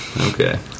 Okay